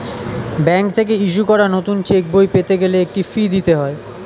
bank থেকে issue করা নতুন চেকবই পেতে গেলে একটা ফি দিতে হয়